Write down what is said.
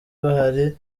bahari